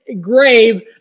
grave